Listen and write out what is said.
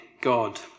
God